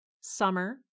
Summer